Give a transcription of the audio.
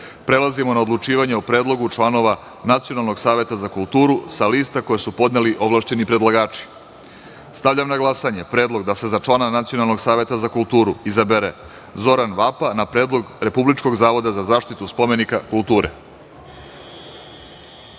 na odlučivanje o Predlogu članova Nacionalnog saveta za kulturu sa lista koje su podneli ovlašćeni predlagači. Stavljam na glasanje predlog da se za člana Nacionalnog saveta za kulturu izabere Zoran Vapa, na predlog Republičkog zavoda za zaštitu spomenika